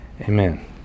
Amen